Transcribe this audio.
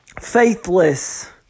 faithless